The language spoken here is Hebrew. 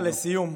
ולסיום,